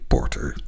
Porter